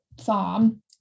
farm